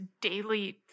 daily